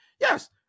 yes